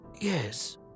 Yes